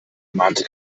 mahnte